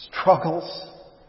struggles